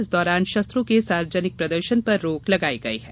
इस दौरान शस्त्रों के सार्वजनिक प्रदर्शन पर रोक लगाई गई है